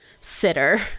sitter